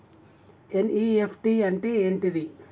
NEFT అంటే ఏంటిది?